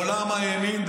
מעולם הימין,